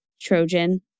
Trojan